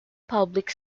public